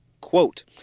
Quote